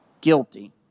Guilty